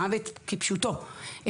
כפשוטו.